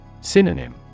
Synonym